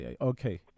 Okay